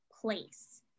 place